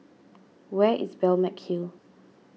where is Balmeg Hill